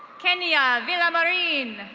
kenya villamarine.